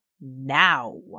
now